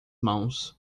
mãos